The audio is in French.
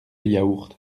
yaourt